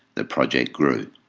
the project grew.